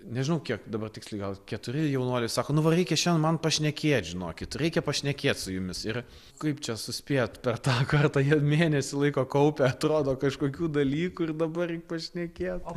nežinau kiek dabar tiksliai gal keturi jaunuoliai sako nu va reikia šiandien man pašnekėt žinokit reikia pašnekėt su jumis ir kaip čia suspėt per tą kartą jie mėnesį laiko kaupia atrodo kažkokių dalykų ir dabar reik pašnekėt